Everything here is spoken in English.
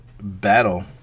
battle